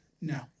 No